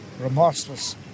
remorseless